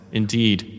indeed